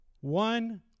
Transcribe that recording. one